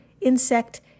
insect